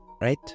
Right